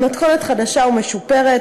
במתכונת חדשה ומשופרת,